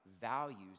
values